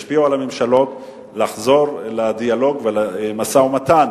להשפיע על הממשלות לחזור לדיאלוג ומשא-ומתן